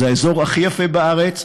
זה האזור הכי יפה בארץ,